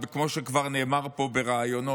כמו שכבר נאמר פה בראיונות,